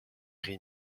rit